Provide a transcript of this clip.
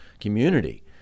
community